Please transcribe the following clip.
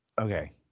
okay